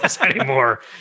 anymore